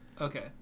Okay